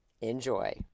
Enjoy